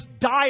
died